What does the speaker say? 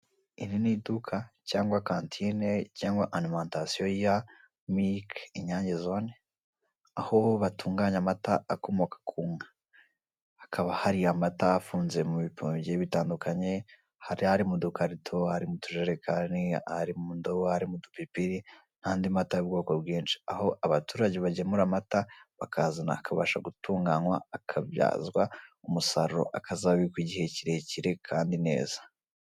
Iri ni iduka cyangwa kantine cyangwa arimantasiyo ya miriki inyange zone, aho batunganya amata akomoka ku nka. Hakaba hari amata afunze mu bipimo bigiye bitandukanye, hari ari mu dukarito, ari mu tujerekani, ari mu ndobo, ari mu dupipiri n'andi mata y'ubwoko bwinshi. Aho abaturage bagemura amata, bakayazana, akabasha gutunganywa, akabyazwa umusaruro, akazabikwa igihe kirekire kandi neza.